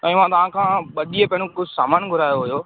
भाऊं मां तव्हां खां ॿ ॾींहं पहिरियों कुझु सामान घुरायो हुयो